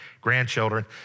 grandchildren